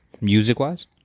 Music-wise